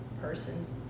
person's